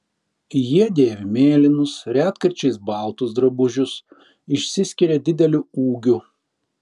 jie dėvi mėlynus retkarčiais baltus drabužius išsiskiria dideliu ūgiu